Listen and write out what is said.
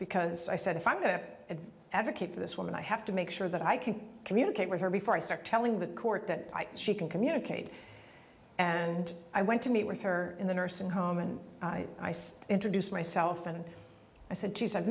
because i said if i'm going to advocate for this woman i have to make sure that i can communicate with her before i start telling the court that she can communicate and i went to meet with her in the nursing home and introduced myself and i said